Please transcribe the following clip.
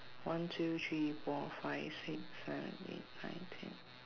one two three four five six seven eight nine ten